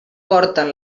porten